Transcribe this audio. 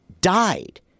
died